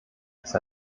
ist